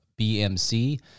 BMC